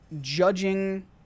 judging